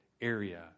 area